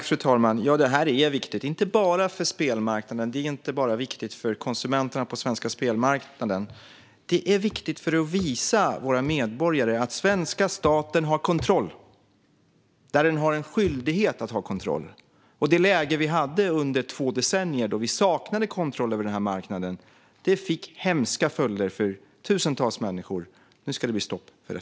Fru talman! Detta är viktigt inte bara för konsumenterna på den svenska spelmarknaden utan för att visa våra medborgare att svenska staten har kontroll där den har skyldighet att ha kontroll. Under två decennier saknade vi kontroll över denna marknad, och det fick hemska följder för tusentals människor. Nu ska det bli ett stopp på det.